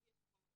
לאיגי יש --- מחקר